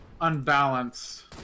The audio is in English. unbalanced